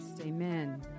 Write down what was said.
Amen